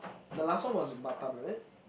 the last one was Batam is it